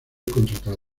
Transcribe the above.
contratado